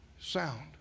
Sound